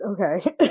Okay